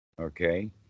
okay